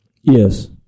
Yes